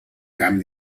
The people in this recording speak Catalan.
camp